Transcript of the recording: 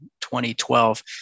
2012